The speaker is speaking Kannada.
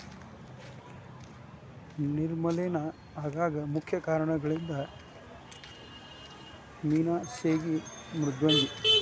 ನೇರ ಮಲೇನಾ ಆಗಾಕ ಮುಖ್ಯ ಕಾರಣಂದರ ಮೇನಾ ಸೇಗಿ ಮೃದ್ವಂಗಿ